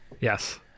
Yes